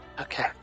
Okay